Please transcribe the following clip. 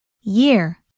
Year